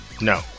no